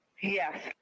Yes